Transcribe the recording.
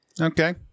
Okay